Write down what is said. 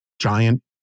giant